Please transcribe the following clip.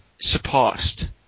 surpassed